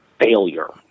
failure